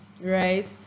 right